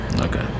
okay